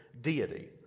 Deity